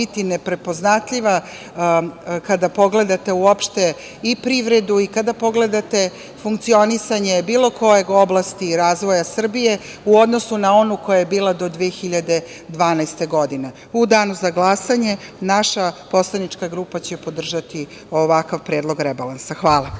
biti neprepoznatljiva kada pogledate uopšte i privredu i kada pogledate funkcionisanje bilo koje oblasti razvoja Srbije u odnosu na onu koja je bila do 2012. godine.U danu za glasanje naša poslanička grupa će podržati ovakav predlog rebalansa. Hvala.